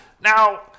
Now